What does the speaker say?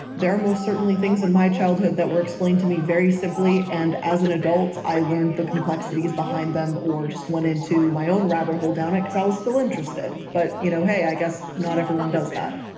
there are most certainly things in my childhood that were explained to me very simply, and as an adult, i learned the complexities behind them or just went into my own rabbit hole down it cause i was still interested. but you know, hey, i guess not everyone does that.